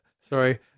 sorry